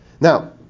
Now